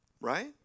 Right